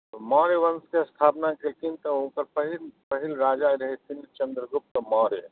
तऽ मौर्य वंशके स्थापना केलखिन तऽ हुनकर पहिल पहिल राजा रहथिन चन्द्रगुप्त मौर्य